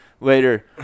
later